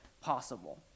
possible